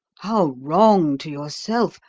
how wrong to yourself,